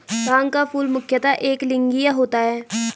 भांग का फूल मुख्यतः एकलिंगीय होता है